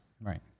Right